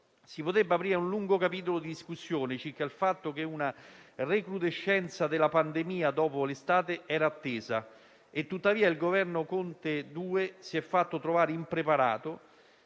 Si potrebbe aprire un lungo capitolo di discussione circa il fatto che una recrudescenza della pandemia dopo l'estate era attesa e che, tuttavia, il Governo Conte 2 si è fatto trovare impreparato.